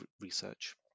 research